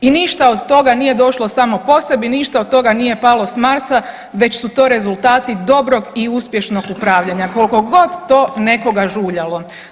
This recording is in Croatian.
I ništa od toga nije došlo samo po sebi, ništa od toga nije palo s Marsa već su to rezultati dobrog i uspješnog upravljanja, kolikogod to nekoga žuljalo.